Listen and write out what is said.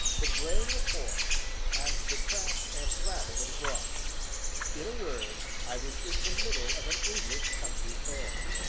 the braying of horns, and the crash, and rattle of drums in a word, i was in the middle of an english country fair.